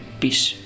peace